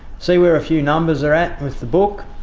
see where a few numbers are at with the book.